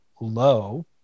low